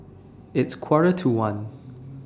its Quarter to one